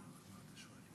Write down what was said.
בבקשה.